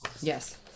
Yes